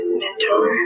mentor